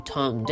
Tom